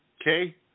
Okay